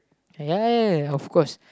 ya ya ya of course